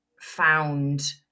found